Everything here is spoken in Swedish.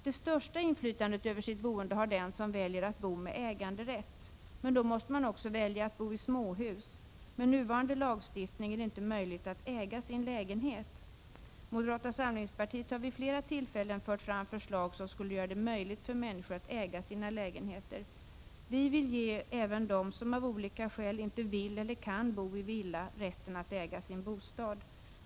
Det största inflytandet över sitt boende har den som väljer att bo med äganderätt. Men då måste man också välja att bo i småhus. Med nuvarande lagstiftning är det inte möjligt att äga sin lägenhet. Moderata samlingspartiet har vid flera tillfällen fört fram förslag som skulle göra det möjligt för människor att äga sina lägenheter. Vi vill ge även dem som av olika skäl inte vill eller kan bo i villa rätten att äga sin bostad.